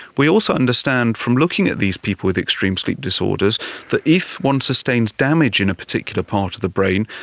we also understand from looking at these people with extreme sleep disorders that if one sustains damage in a particular part of the brain,